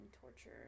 torture